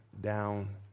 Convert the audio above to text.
down